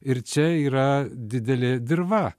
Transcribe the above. ir čia yra didelė dirva